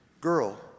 girl